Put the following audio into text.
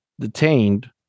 detained